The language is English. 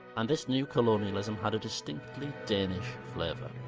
and this new colonialism had a distinctly danish flavour.